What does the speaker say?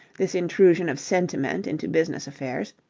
this intrusion of sentiment into business affairs.